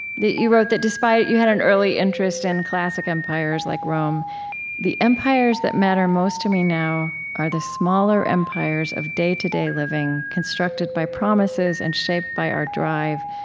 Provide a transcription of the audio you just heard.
you wrote that despite you had an early interest in classic empires like rome the empires that matter most to me now are the smaller empires of day-to-day living constructed by promises and shaped by our drive,